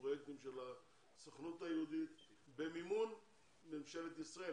פרויקטים של הסוכנות היהודית במימון ממשלת ישראל.